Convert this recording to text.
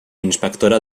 inspectora